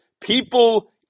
people